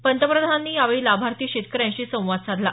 पंतप्रधानांनी यावेळी लाभार्थी शेतकऱ्यांशी संवाद साधला